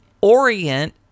orient